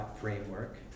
framework